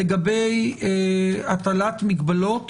לגבי הטלת מגבלות